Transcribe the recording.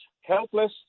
helpless